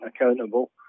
accountable